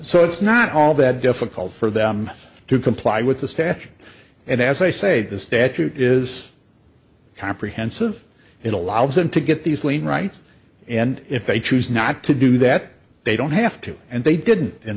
so it's not all that difficult for them to comply with the statute and as i say the statute is comprehensive it allows them to get these lean right and if they choose not to do that they don't have to and they didn't in